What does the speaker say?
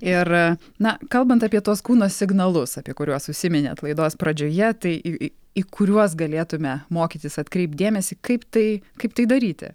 ir na kalbant apie tuos kūno signalus apie kuriuos užsiminėt laidos pradžioje tai į kuriuos galėtume mokytis atkreipt dėmesį kaip tai kaip tai daryti